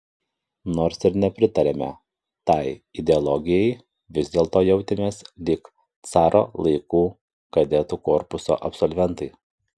nors ir nepritarėme tai ideologijai vis dėlto jautėmės lyg caro laikų kadetų korpuso absolventai